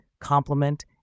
complement